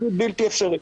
שהוא פשוט בלתי אפשרי.